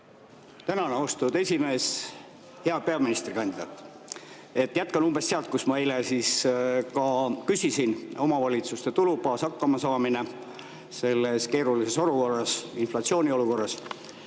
Tänan, austatud esimees! Hea peaministrikandidaat! Jätkan umbes sealt, mille kohta ma eile ka küsisin: omavalitsuste tulubaas, hakkamasaamine selles keerulises olukorras, inflatsiooniolukorras.